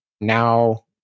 now